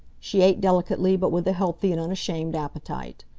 she ate delicately but with a healthy and unashamed appetite.